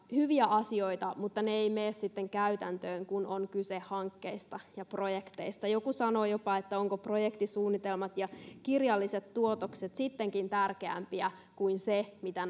hyviä asioita mutta ne eivät mene sitten käytäntöön kun on kyse hankkeista ja projekteista joku kysyi jopa ovatko projektisuunnitelmat ja kirjalliset tuotokset sittenkin tärkeämpiä kuin se mitä